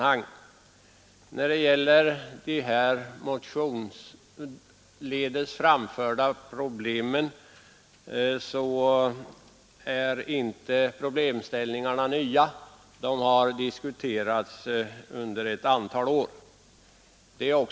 De problemställningar som berörs i de båda motionerna är inte nya; de har diskuterats i ett antal år.